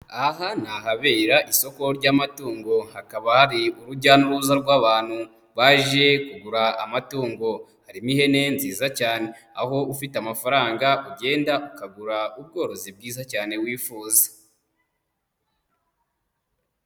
Aha ni ahabera isoko ry'amatungo hakaba hari urujya n'uruza rw'abantu baje kugura amatungo, harimo ihene nziza cyane aho ufite amafaranga ugenda ukagura ubworozi bwiza cyane wifuza.